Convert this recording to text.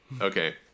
okay